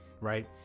Right